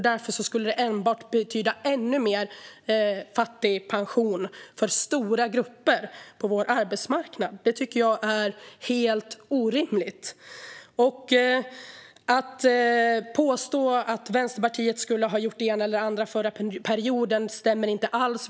Därför skulle det enbart betyda ännu mer fattigpension för stora grupper på vår arbetsmarknad, och det tycker jag är helt orimligt. Påståendet att Vänsterpartiet skulle ha gjort det ena eller det andra under den förra perioden stämmer inte alls.